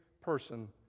person